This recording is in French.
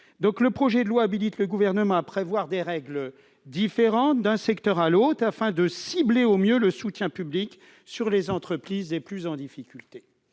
projet de loi habilite le Gouvernement à prévoir des règles différentes d'un secteur à l'autre, afin de cibler au mieux le soutien public sur les entreprises les plus en difficulté.